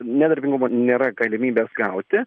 nedarbingumo nėra galimybės gauti